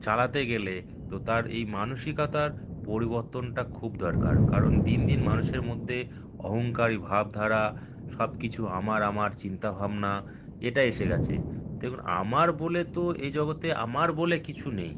চালাতে গেলে তো তার এই মানসিকতার পরিবর্তনটা খুব দরকার কারণ দিন দিন মানুষের মধ্যে অহংকারী ভাবধারা সব কিছু আমার আমার চিন্তাভাবনা এটা এসে গেছে দেখুন আমার বলে তো এ জগতে আমার বলে কিছু নেই